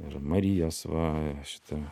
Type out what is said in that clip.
ir marijos va šita